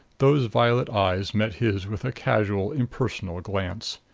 those violet eyes met his with a casual impersonal glance.